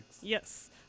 Yes